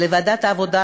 לוועדת העבודה,